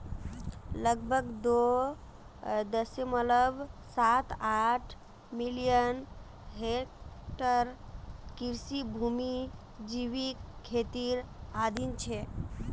लगभग दो दश्मलव साथ आठ मिलियन हेक्टेयर कृषि भूमि जैविक खेतीर अधीन छेक